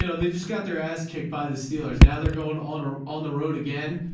you know they just got their ass kicked by the steelers. now they're going on or on the road again,